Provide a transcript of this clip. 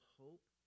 hope